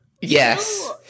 Yes